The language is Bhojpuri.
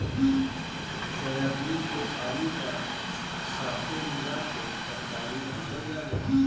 सोयाबीन के आलू का साथे मिला के तरकारी बनावल जाला